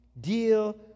deal